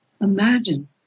imagine